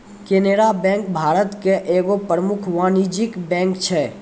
Canara bank Bharat के एगो प्रमुख वाणिज्यिक बैंक छै